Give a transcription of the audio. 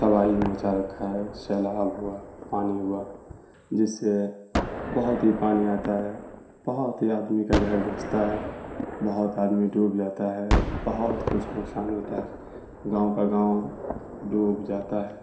تباہی مچا رکھا ہے سیلاب ہوا پانی ہوا جس سے بہت ہی پانی آتا ہے بہت ہی آدمی کا گھر بھنستا ہے بہت آدمی ڈوب جاتا ہے بہت کچھ نقصان ہوتا ہے گاؤں کا گاؤں ڈوب جاتا ہے